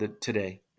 today